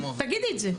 תגידי את זה.